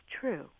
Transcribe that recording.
true